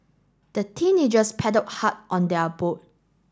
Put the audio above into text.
the teenagers paddled hard on their boat